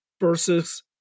versus